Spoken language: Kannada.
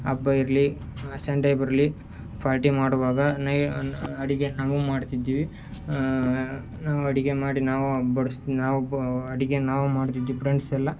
ಹಬ್ಬ ಇರಲಿ ಸಂಡೇ ಬರಲಿ ಫಾರ್ಟಿ ಮಾಡುವಾಗ ನೈ ಅಡುಗೆ ನಾವು ಮಾಡ್ತಿದ್ವಿ ನಾವು ಅಡುಗೆ ಮಾಡಿ ನಾವು ಬಡ್ಸಿ ನಾವು ಅಡುಗೆ ನಾವು ಮಾಡ್ತಿದ್ವಿ ಪ್ರೆಂಡ್ಸೆಲ್ಲ